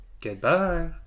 Goodbye